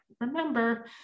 remember